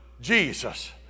Jesus